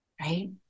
right